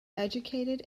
educated